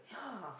yeah